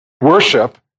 worship